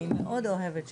אני אומר לך